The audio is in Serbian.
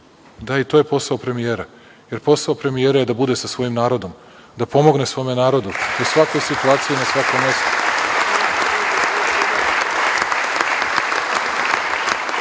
da, i to je posao premijera, jer posao premijera je da bude sa svojim narodom, da pomogne svom narodu u svakoj situaciji, na svakom